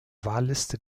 wahlliste